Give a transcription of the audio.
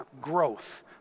growth